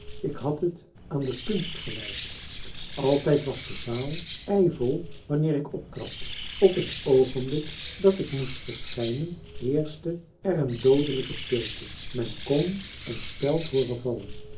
ik had het aan de kunst gewijd altijd was de zaal marcellus emants een drietal novellen eivol wanneer ik optrad op het oogenblik dat ik moest verschijnen heerschte er een doodelijke stilte men kon een speld hooren vallen